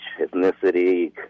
ethnicity